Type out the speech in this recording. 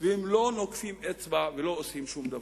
והם לא נוקפים אצבע ולא עושים שום דבר,